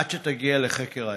עד שתגיע לחקר האמת.